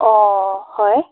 অ' হয়